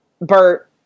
Bert